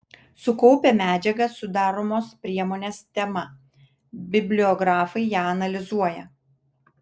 sukaupę medžiagą sudaromos priemonės tema bibliografai ją analizuoja